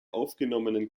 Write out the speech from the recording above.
aufgenommenen